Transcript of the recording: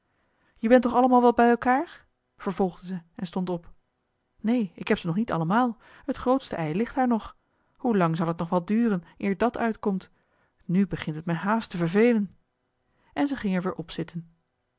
je bent toch allemaal wel bij elkaar vervolgde zij en stond op neen ik heb ze nog niet allemaal het grootste ei ligt daar nog hoe lang zal het nog wel duren eer dat uitkomt nu begint het mij haast te vervelen en zij ging er weer